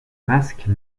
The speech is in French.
masque